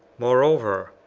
moreover,